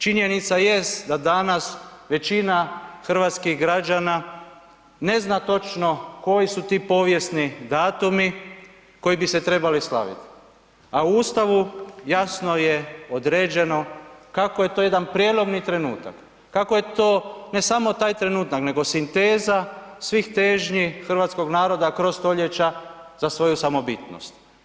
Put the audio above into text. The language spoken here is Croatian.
Činjenica jest da danas većina hrvatskih građana ne zna točno koji su ti povijesni datumi koji bi se trebali slaviti, a u Ustavu jasno je određeno kako je to jedan prijelomni trenutak, kako je to ne samo taj trenutak, nego sinteza svih težnji hrvatskog naroda kroz stoljeća za svoju samobitnost.